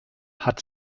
hat